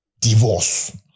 divorce